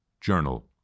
journal